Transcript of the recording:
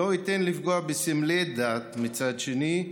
אך לא אתן לפגוע בסמלי דת, מצד שני,